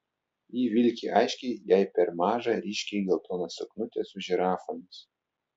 ji vilki aiškiai jai per mažą ryškiai geltoną suknutę su žirafomis